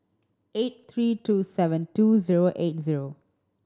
eight three two seven two zero eight zero